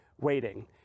waiting